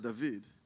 David